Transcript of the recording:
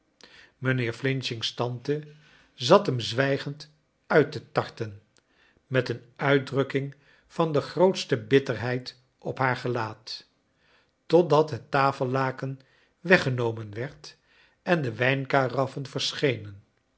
mijnheer f's tante zat hem zwijgend nit te tarten met een uitdrukking van de grootste bitterheid op haar gelaat tot dat het tafellaken weggenomen werd en de wrjnkaratfen verschenen